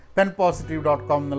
Penpositive.com